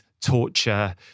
torture